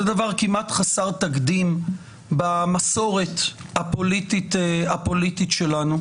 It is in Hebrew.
זה דבר כמעט חסר תקדים במסורת הפוליטית שלנו.